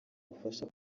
ubufasha